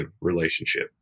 relationship